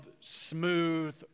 smooth